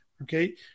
Okay